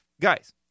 guys